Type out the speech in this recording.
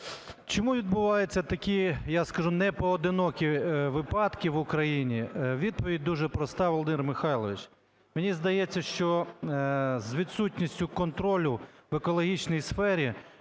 Чому відбуваються такі, я скажу, непоодинокі випадки в Україні? Відповідь дуже проста, Володимир Михайлович. Мені здається, що з відсутністю контролю в екологічній сфері